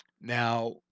Now